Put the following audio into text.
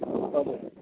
हजुर